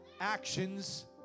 actions